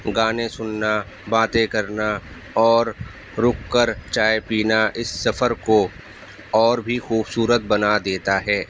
گانے سننا باتیں کرنا اور رک کر چائے پینا اس سفر کو اور بھی خوبصورت بنا دیتا ہے